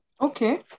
Okay